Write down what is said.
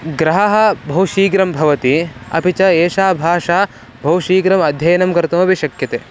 ग्रहः बहुशीघ्रं भवति अपि च एषा भाषा बहुशीघ्रम् अध्ययनं कर्तुमपि शक्यते